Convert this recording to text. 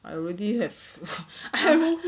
I already have